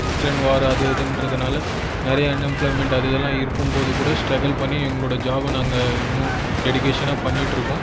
Ukraine war அது இதுங்றதுனால நிறைய அன்எம்ப்ளாய்மென்ட் அது இதெல்லாம் இருக்கும் போது கூட ஸ்ட்ரகுள் பண்ணி எங்களோடய ஜாபை நாங்கள் இன்னும் டெடிகேஷன்னாக பண்ணிகிட்டு இருக்கோம்